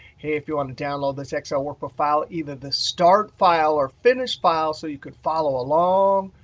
hey, if you want to download this excel work profile either the start file or finish file so you could follow along,